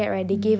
mm